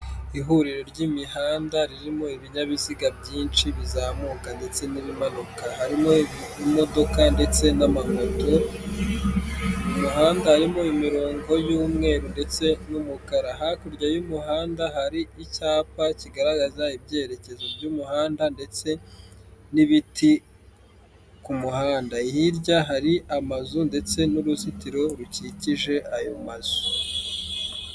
Ihuriro ry'imihanda ririmo ibinyabiziga byinshi bizamuka ndetse n'ibimanuka, harimo imodoka ndetse n'amamoto, mu muhanda harimo imirongo y'umweru ndetse n'umukara, hakurya y'umuhanda hari icyapa kigaragaza ibyerekezo by'umuhanda, ndetse n'ibiti ku muhanda. Hirya hari amazu ndetse n'uruzitiro rukikije ayo mazu.